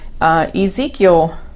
Ezekiel